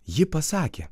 ji pasakė